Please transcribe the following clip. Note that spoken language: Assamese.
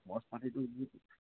মই মজুৰিটো দি দিম